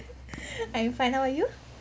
I'm fine how are you